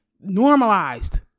normalized